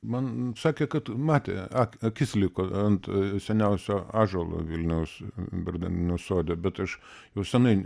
man sakė kad matė akis liko ant seniausio ąžuolo vilniaus bernardinų sode bet aš jau senai